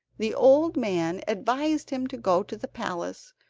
the old man advised him to go to the palace,